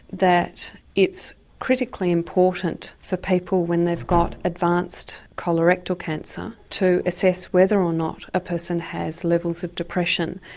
that it's critically important for people when they've got advanced colorectal cancer, to assess whether or not a person has levels of depression.